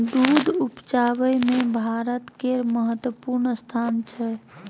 दूध उपजाबै मे भारत केर महत्वपूर्ण स्थान छै